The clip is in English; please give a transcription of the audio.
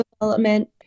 development